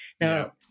Now